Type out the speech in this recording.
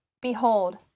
Behold